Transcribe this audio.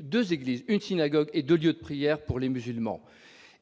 2 églises et synagogues et de lieux de prière pour les musulmans,